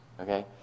okay